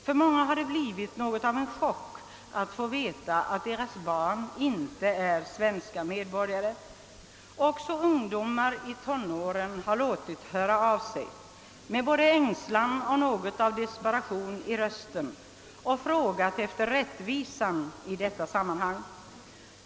För många har det blivit något av en chock att få veta att deras barn inte är svenska medborgare. Också ungdomar i tonåren har låtit höra av sig med både ängslan och något av desperation i rösten och frågat efter rättvisan i dessa sammanhang.